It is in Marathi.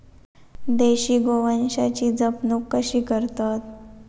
देशी गोवंशाची जपणूक कशी करतत?